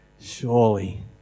surely